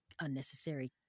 unnecessary